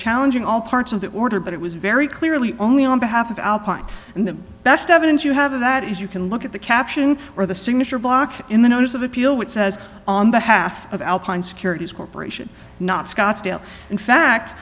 challenging all parts of the order but it was very clearly only on behalf of alpine and the best evidence you have of that is you can look at the caption or the signature block in the notice of appeal which says on behalf of alpine securities corp not scottsdale in fact